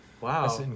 wow